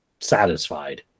satisfied